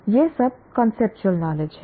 यह सब conceptual knowledge है